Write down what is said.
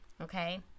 okay